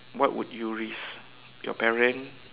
what would you risk your parent